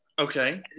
Okay